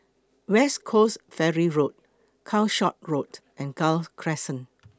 West Coast Ferry Road Calshot Road and Gul Crescent